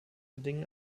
bedingen